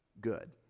good